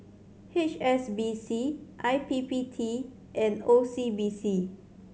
H S B C I P P T and O C B C